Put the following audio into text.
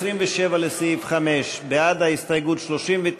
בעד ההסתייגות,